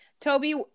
toby